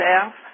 staff